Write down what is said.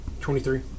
Twenty-three